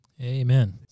Amen